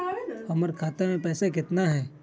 हमर खाता मे पैसा केतना है?